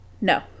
no